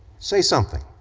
say something.